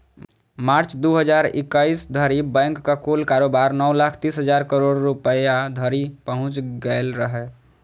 मार्च, दू हजार इकैस धरि बैंकक कुल कारोबार नौ लाख तीस हजार करोड़ रुपैया धरि पहुंच गेल रहै